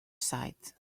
sight